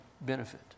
benefit